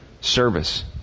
service